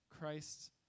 Christ